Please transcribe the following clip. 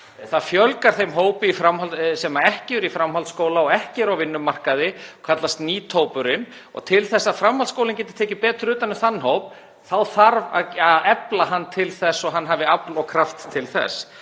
Það fjölgar í þeim hópi sem ekki er í framhaldsskóla og ekki er á vinnumarkaði, kallast NEET-hópurinn, og til þess að framhaldsskólinn geti tekið betur utan um þann hóp þá þarf að efla hann til þess, að hann hafi afl og kraft til þess.